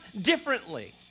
differently